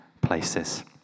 places